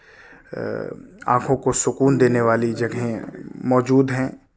آنکھوں کو سکون دینے والی جگہیں موجود ہیں